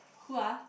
who ah